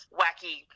wacky